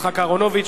5308 ו-5330.